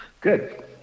Good